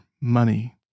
money